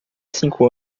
cinco